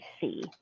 see